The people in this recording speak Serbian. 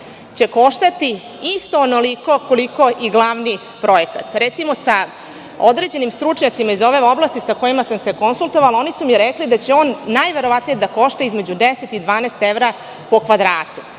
će koštati isto onoliko koliko i glavni projekat. Recimo, sa određenim stručnjacima iz ove oblasti sa kojima sam se konsultovala su mi rekli da će on najverovatnije da košta između 10 i 12 evra po kvadratu,